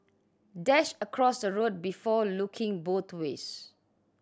dash across the road before looking both ways